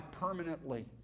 permanently